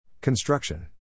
Construction